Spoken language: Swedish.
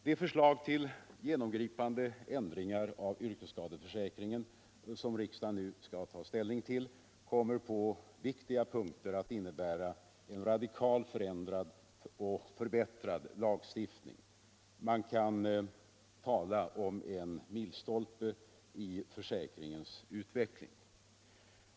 De förslag till genomgripande ändringar av yrkesskadeförsäkringen som riksdagen nu skall ta ställning till kommer på viktiga punkter att innebära en radikalt förändrad och förbättrad lagstiftning. Man kan tala om en milstolpe i försäkringens utveckling.